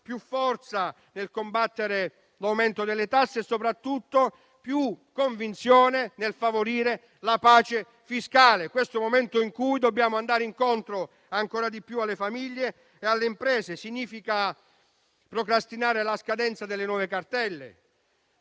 più forza nel combattere l'aumento delle tasse e soprattutto più convinzione nel favorire la pace fiscale. Questo è il momento in cui dobbiamo andare incontro ancora di più alle famiglie e alle imprese. Ciò significa procrastinare la scadenza delle nuove cartelle,